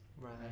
Right